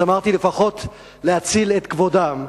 אז אמרתי: לפחות להציל את כבודם.